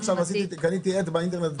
שעשיתי, אם קניתי עט באינטרנט.